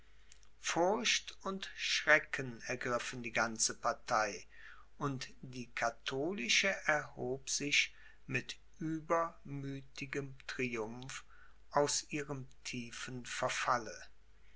furcht und schrecken ergriffen die ganze partei und die katholische erhob sich mit übermüthigem triumph aus ihrem tiefen verfalle